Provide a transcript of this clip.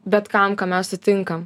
bet kam ką mes sutinkam